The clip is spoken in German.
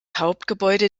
hauptgebäude